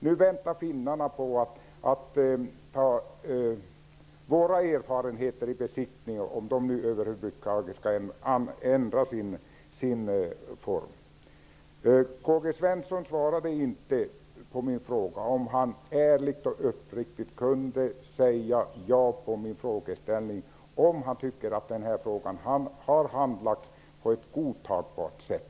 Nu väntar finnarna på att ta våra erfarenheter i besittning -- om de över huvud taget skall ändra verksamhetsformen. K-G Svenson sade inte huruvida han ärligt och uppriktigt kan svara ja på min fråga om huruvida han tycker att detta ärende har handlagts på ett godtagbart sätt.